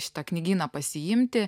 šitą knygyną pasiimti